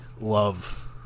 love